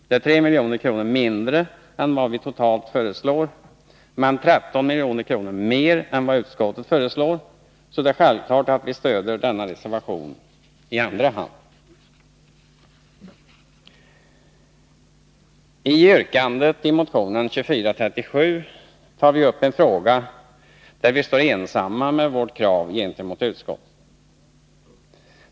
Det är 3 milj.kr. mindre än vad vi totalt föreslår men 13 milj.kr. mer än vad utskottet föreslår, så det är självklart att vi stöder denna reservation i andra hand. I yrkandet 1 i motionen 2437 tar vi upp en fråga där vi står ensamma med vårt krav gentemot utskottet.